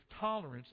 tolerance